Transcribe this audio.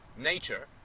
nature